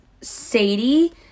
Sadie